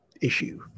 issue